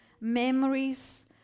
Memories